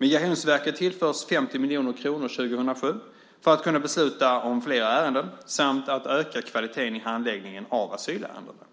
Migrationsverket tillförs 50 miljoner kronor 2007 för att kunna besluta om flera ärenden samt öka kvaliteten i handläggningen av asylärendena.